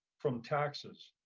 from taxes.